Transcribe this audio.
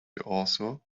also